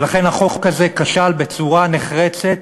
ולכן, החוק הזה כשל בצורה נחרצת